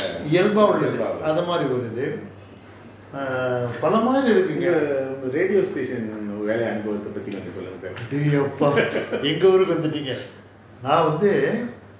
இயல்பா உள்ளது:iyaba ullathu err உங்க:unga radio station வேல அனுபவத்த பத்தி கொஞ்சம் சொல்லுங்க:vela anupavatha pathi konjam sollunga sir